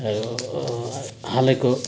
हालैको